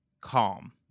calm